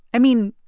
i mean,